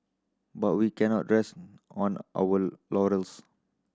but we cannot rest on our laurels